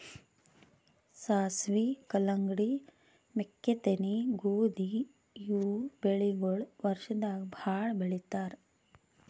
ಸಾಸ್ವಿ, ಕಲ್ಲಂಗಡಿ, ಮೆಕ್ಕಿತೆನಿ, ಗೋಧಿ ಇವ್ ಬೆಳಿಗೊಳ್ ವರ್ಷದಾಗ್ ಭಾಳ್ ಬೆಳಿತಾರ್